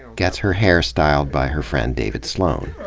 gets her hair styled by her friend david slone.